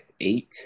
eight